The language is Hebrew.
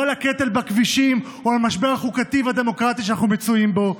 לא על הקטל בכבישים או על המשבר החוקתי והדמוקרטי שאנחנו מצויים בו.